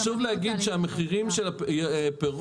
חשוב להגיד שהמחיר של הפירות,